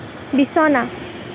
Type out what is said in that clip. বিছনা